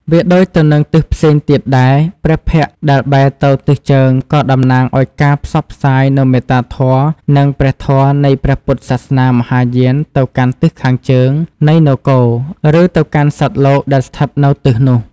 វាដូចទៅនឹងទិសផ្សេងទៀតដែរ ព្រះភ័ក្ត្រដែលបែរទៅទិសជើងក៏តំណាងឱ្យការផ្សព្វផ្សាយនូវមេត្តាធម៌និងព្រះធម៌នៃព្រះពុទ្ធសាសនាមហាយានទៅកាន់ទិសខាងជើងនៃនគរ ឬទៅកាន់សត្វលោកដែលស្ថិតនៅទិសនោះ។